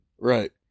Right